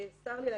צר לי להגיד,